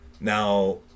Now